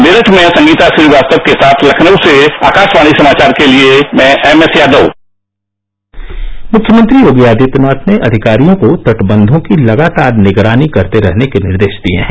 मेरठ में संगीता श्रीवास्तव के साथ तखनऊ से आकाशवाणी समाचार के लिए एमएस यादव मुख्यमंत्री योगी आदित्यनाथ ने अधिकारियों को तटबंघों की लगातार निगरानी करते रहने के निर्देश दिए हैं